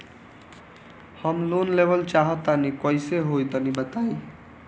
हम लोन लेवल चाह तनि कइसे होई तानि बताईं?